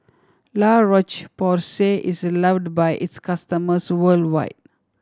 La Roche Porsay is loved by its customers worldwide